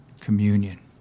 communion